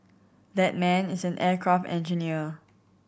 that man is an aircraft engineer